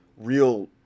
real